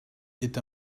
est